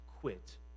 quit